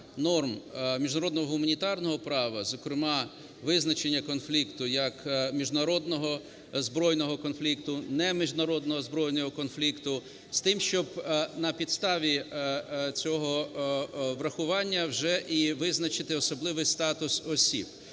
норм міжнародного гуманітарного права, зокрема визначення конфлікту як міжнародного збройного конфлікту, неміжнародного збройного конфлікту, з тим щоб на підставі цього врахування вже і визначити особливий статус осіб.